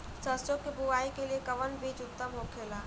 सरसो के बुआई के लिए कवन बिज उत्तम होखेला?